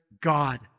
God